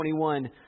21